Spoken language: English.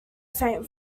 faint